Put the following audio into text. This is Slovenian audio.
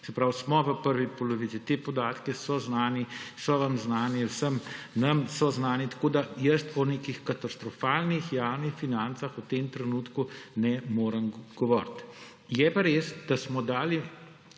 Se pravi, smo v prvi polovici. Ti podatki so znani, so vam znani vsem, nam so znani. Tako da jaz o nekih katastrofalnih javnih financah v tem trenutku ne morem govoriti. Je pa res, da smo med